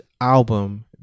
album